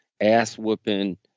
ass-whooping